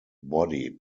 body